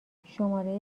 شماره